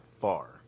far